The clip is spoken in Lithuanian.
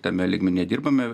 tame lygmeny nedirbame